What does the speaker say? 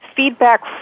feedback